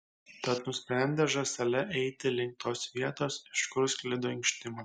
tad nusprendė žąsele eiti link tos vietos iš kur sklido inkštimas